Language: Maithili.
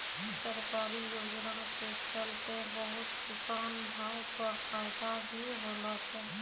सरकारी योजना के चलतैं बहुत किसान भाय कॅ फायदा भी होलो छै